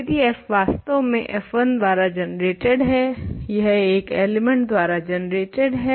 यदि f वास्तव में f1 द्वारा जनरेटेड है यह एक एलिमेंट द्वारा जनरेटेड है